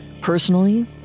Personally